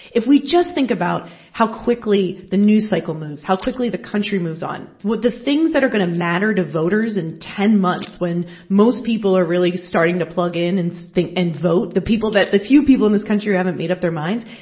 if we just think about how quickly the news cycle moves, how quickly the country moves on, the things that are going to matter to voters in ten months, when most people are really starting to plug in and so and vote, the people that the few people in this country who haven't made up their minds.